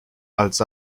als